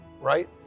Right